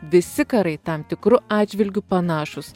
visi karai tam tikru atžvilgiu panašūs